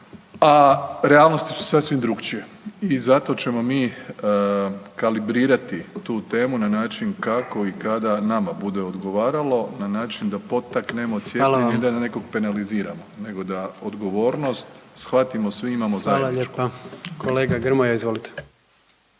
a realnosti su sasvim drukčije i zato ćemo mi kalibrirati tu temu na način kako i kada nama bude odgovaralo na način da potaknemo cijepljenje da nekog penaliziramo, nego da odgovornost shvatimo svim imamo zajedničku. **Jandroković, Gordan (HDZ)** Hvala lijepa. Kolega Grmoja izvolite.